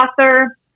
author